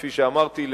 כפי שאמרתי,